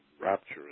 rapture